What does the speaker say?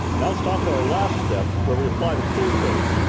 now it's time for our last step where we apply the clear coat.